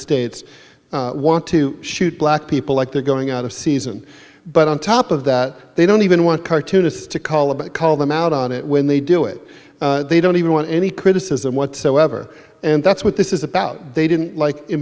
states want to shoot black people like they're going out of season but on top of that they don't even want cartoonists to call about it call them out on it when they do it they don't even want any criticism whatsoever and that's what this is about they didn't like